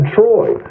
Troy